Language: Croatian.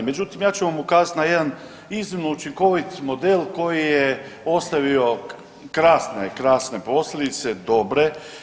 Međutim, ja ću vam ukazati na jedan iznimno učinkovit model koji je ostavio krasne, krasne posljedice dobre.